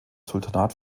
sultanat